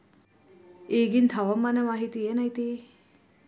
ಇಗಿಂದ್ ಹವಾಮಾನ ಮಾಹಿತಿ ಏನು ಐತಿ?